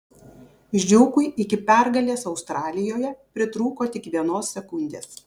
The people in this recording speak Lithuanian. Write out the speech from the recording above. žiūkui iki pergalės australijoje pritrūko tik vienos sekundės